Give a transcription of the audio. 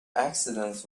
accidents